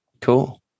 Cool